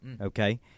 Okay